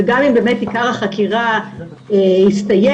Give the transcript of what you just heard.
וגם אם עיקר החקירה הסתיים,